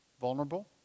vulnerable